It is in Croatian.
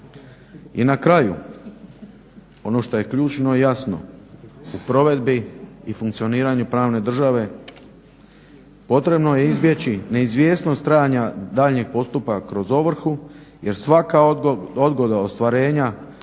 I na kraju, ono što je ključno i jasno, u provedbi i funkcioniranju pravne države potrebno je izbjeći neizvjesnost trajanja daljnjeg postupka kroz ovrhu jer svaka odgoda ostvarenja